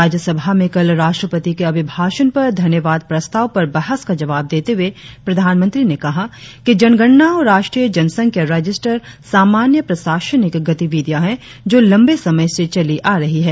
राज्यसभा में कल राष्ट्रपति के अभिभाषण पर धन्यवाद प्रस्ताव पर बहस का जवाब देते हुए प्रधानमंत्री ने कहा कि जनगणना और राष्ट्रीय जनसंख्या रजिस्टर सामान्य प्रशासनिक गतिविधियां है जो लंबे समय से चली आ रही है